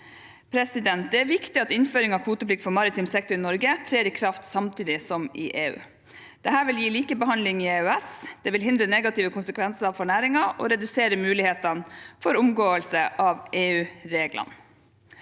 rapportering. Det er viktig at innføring av kvoteplikt for maritim sektor i Norge trer i kraft samtidig som i EU. Det vil gi likebehandling i EØS, hindre negative konsekvenser for næringen og redusere mulighetene for omgåelse av EUreglene.